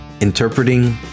Interpreting